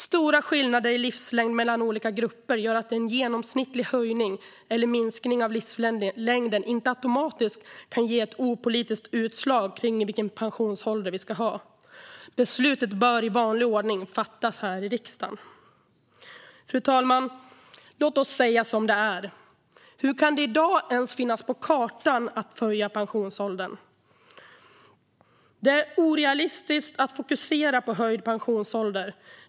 Stora skillnader i livslängd mellan olika grupper gör att en genomsnittlig höjning eller minskning av livslängden inte automatiskt kan ge ett opolitiskt utslag kring vilken pensionsålder vi ska ha. Beslutet bör i vanlig ordning fattas här i riksdagen. Fru talman! Låt oss säga som det är: Hur kan det i dag ens finnas på kartan att höja pensionsåldern? Det är orealistiskt att fokusera på höjd pensionsålder.